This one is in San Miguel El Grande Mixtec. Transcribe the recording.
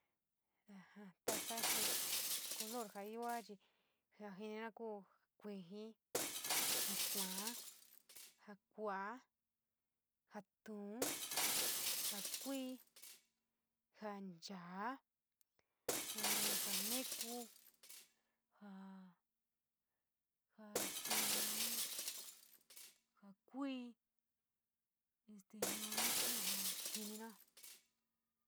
taka este color ja io chi ja jinira kuu ja kuuji ja kuou, ja koob, ja tuo, ja kup, ja nchoo, ja ntuu ja ja este nau ja kui, este yuaní kuja jinira.